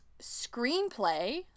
screenplay